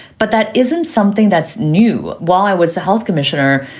but that isn't something that's new. while i was the health commissioner,